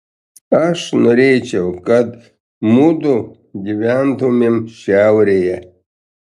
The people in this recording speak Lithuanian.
aš norėčiau kad mudu gyventumėm šiaurėje